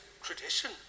tradition